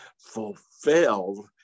fulfilled